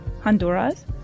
Honduras